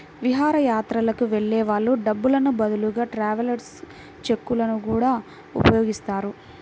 విహారయాత్రలకు వెళ్ళే వాళ్ళు డబ్బులకు బదులుగా ట్రావెలర్స్ చెక్కులను గూడా ఉపయోగిస్తారు